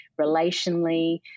relationally